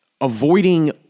avoiding